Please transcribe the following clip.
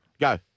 Go